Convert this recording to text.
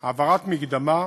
העברת מקדמה,